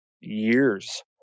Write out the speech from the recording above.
years